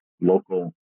local